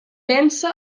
vèncer